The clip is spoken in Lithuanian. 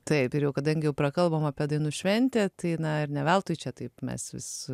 taip ir jau kadangi jau prakalbom apie dainų šventę tai na ir ne veltui čia taip mes vis